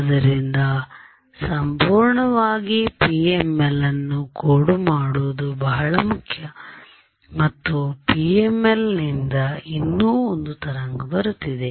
ಆದ್ದರಿಂದ ಸಂಪೂರ್ಣವಾಗಿ PML ಅನ್ನು ಕೋಡ್ ಮಾಡುವುದು ಬಹಳ ಮುಖ್ಯ ಮತ್ತು PML ನಿಂದ ಇನ್ನೂ ಒಂದು ತರಂಗ ಬರುತ್ತಿದೆ